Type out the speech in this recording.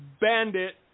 bandit